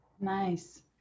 Nice